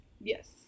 Yes